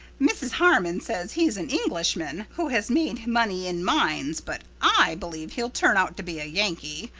mrs. harmon says he's an englishman who has made money in mines but i believe he'll turn out to be a yankee.